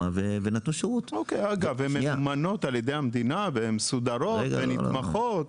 ונתנו שירות -- וממומנות על-ידי המדינה ומסודרות ונתמכות,